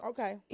Okay